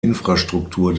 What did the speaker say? infrastruktur